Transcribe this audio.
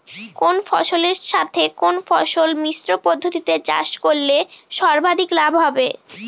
কোন ফসলের সাথে কোন ফসল মিশ্র পদ্ধতিতে চাষ করলে সর্বাধিক লাভ হবে?